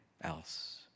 else